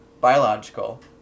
biological